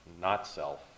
not-self